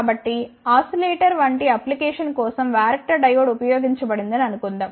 కాబట్టి ఆసిలేటర్ వంటి అప్లికేషన్ కోసం వరాక్టర్ డయోడ్ ఉపయోగించబడిందని అనుకుందాం